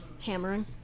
hammering